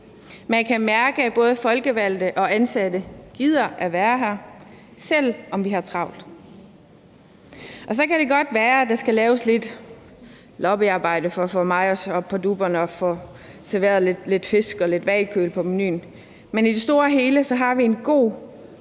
Man kan mærke, at både folkevalgte og ansatte gider at være her, selv om vi har travlt. Og så kan det godt være, at der skal laves lidt lobbyarbejde for at få Meyers op på dupperne og få sat lidt fisk og lidt hvalkød på menuen, men i det store hele har vi en god